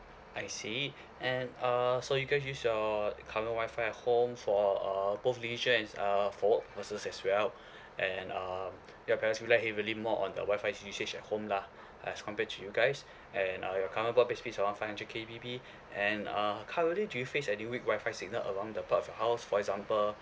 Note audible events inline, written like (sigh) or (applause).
I see (breath) and uh so you guys use your current wifi at home for uh both leisure and uh for work purposes as well (breath) and um you heavily more on the wifi usage at home lah (breath) as compared to you guys (breath) and uh your current broadband speed is around five hundred K_B_P and uh currently do you face any weak Wi-Fi signal around the parts of your house (breath) for example (breath)